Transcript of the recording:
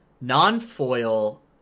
non-foil